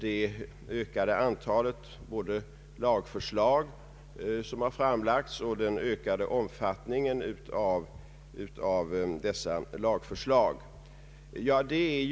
Både antalet och omfattningen av framlagda lagförslag har ökat.